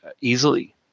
easily